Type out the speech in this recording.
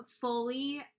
fully